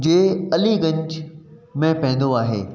जे अलीगंज में पवंदो आहे